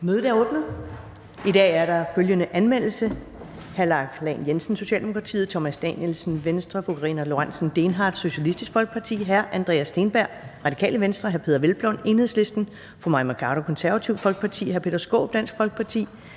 Mødet er åbnet. I dag er der følgende anmeldelse: